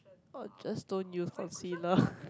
oh just don't use concealer